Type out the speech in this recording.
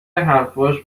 حرفاش